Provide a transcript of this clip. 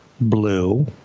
blue